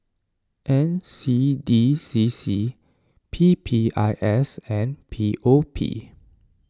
N C D C C P P I S and P O P